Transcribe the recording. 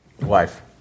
Wife